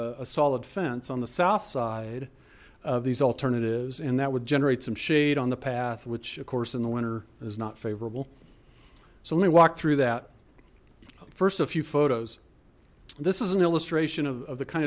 a solid fence on the south side of these alternatives and that would generate some shade on the path which of course in the winter is not favorable so let me walk through that first a few photos this is an illustration of the kind